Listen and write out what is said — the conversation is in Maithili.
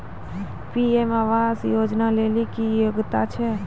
पी.एम आवास योजना लेली की योग्यता छै?